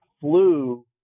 flu